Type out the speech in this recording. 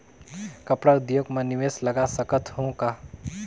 कपड़ा उद्योग म निवेश लगा सकत हो का?